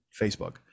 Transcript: Facebook